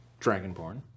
Dragonborn